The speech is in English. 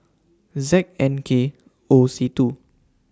Z N K O C two